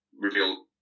reveal